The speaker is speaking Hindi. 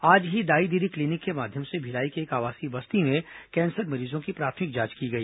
आज ही दाई दीदी क्लीनिक के माध्यम से भिलाई की एक आवासीय बस्ती में कैंसर मरीजों की प्राथमिक जांच की गई